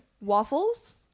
Waffles